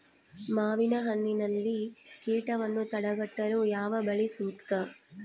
ಮಾವಿನಹಣ್ಣಿನಲ್ಲಿ ಕೇಟವನ್ನು ತಡೆಗಟ್ಟಲು ಯಾವ ಬಲೆ ಸೂಕ್ತ?